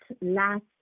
last